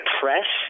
press